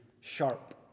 sharp